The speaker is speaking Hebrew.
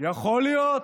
יכול להיות.